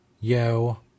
yo